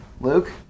Luke